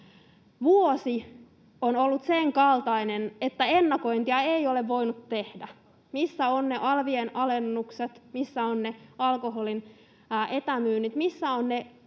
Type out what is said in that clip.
Vuosi on ollut sen kaltainen, että ennakointia ei ole voinut tehdä. Missä ovat ne alvien alennukset? Missä ovat ne alkoholin etämyynnit? Missä ovat ne